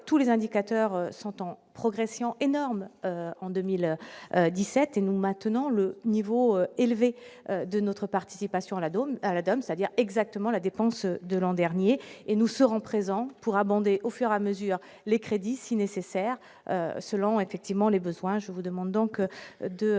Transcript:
tous les indicateurs sont en progression énorme en 2017 et nous maintenons le niveau élevé de notre participation à la donne à la dame, c'est-à-dire exactement la dépense de l'an dernier et nous serons présents pour abonder au fur à mesure les crédits si nécessaire selon effectivement les besoins, je vous demande donc de retirer